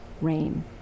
rain